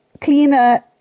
cleaner